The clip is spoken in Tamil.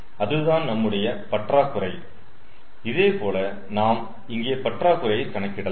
அதுதான் நம்முடைய பற்றாக்குறை இதேபோல நாம் இங்கே பற்றாக்குறையை கணக்கிடலாம்